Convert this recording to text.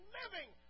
living